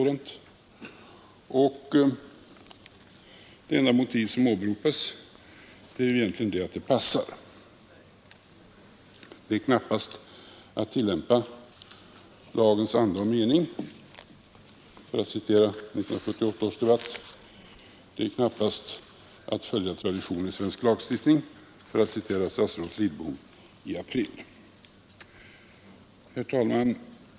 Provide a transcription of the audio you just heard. Det enda motiv som åberopas är egentligen att det passar. Det är knappast i enlighet med lagens anda och mening, för att citera 1970 års debatt. Det är knappast att följa traditionen i svensk lagstiftning, för att citera statsrådet Lidbom i april. Herr talman!